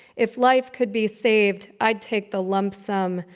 if life could be saved, i'd take the lump sum,